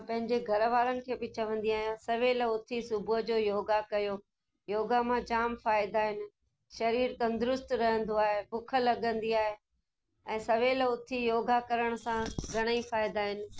मां पंहिंजे घरवारनि खे बि चवंदी आहियां सवेल उथी सुबूह जो योगा कयो योगा मां जामु फ़ाइदा आहिनि शरीर तंदरुस्तु रहंदो आहे बुख लॻंदी आहे ऐं सवेल उथी योगा करण सां घणेई फ़ाइदा आहिनि